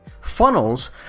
Funnels